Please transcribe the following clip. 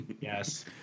Yes